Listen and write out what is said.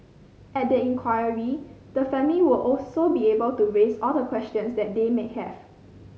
at the inquiry the family will also be able to raise all questions that they may have